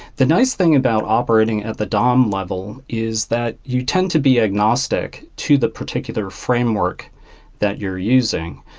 the nice thing about operating at the dom level is that you tend to be agnostic to the particular framework that you're using.